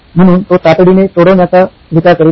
म्हणून तो तातडीने सोडवण्याचा तो विचार करीत होता